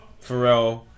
Pharrell